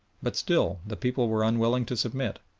but still the people were unwilling to submit,